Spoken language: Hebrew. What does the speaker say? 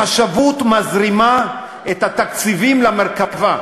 החשבות מזרימה את התקציבים למרכב"ה.